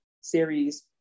series